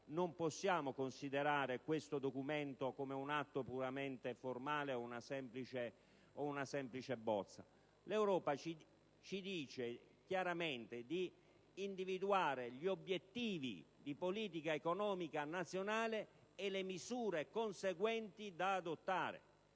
non possiamo considerare questo documento come un atto puramente formale o una semplice bozza. L'Europa ci dice chiaramente di individuare gli obiettivi di politica economica nazionale e le misure conseguenti da adottare: